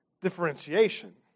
differentiation